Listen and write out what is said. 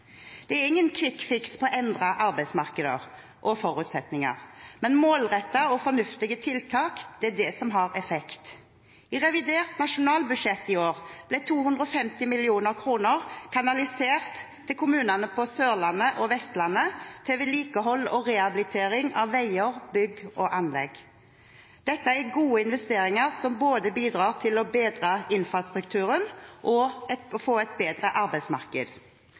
Det er ingen quick-fix på endrede arbeidsmarkeder og forutsetninger, men målrettede og fornuftige tiltak har effekt. I revidert nasjonalbudsjett i år ble 250 mill. kr kanalisert til kommunene på Sørlandet og Vestlandet til vedlikehold og rehabilitering av veier, bygg og anlegg. Dette er gode investeringer som bidrar både til å bedre infrastrukturen og til å få et bedre arbeidsmarked.